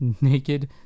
naked